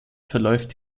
verläuft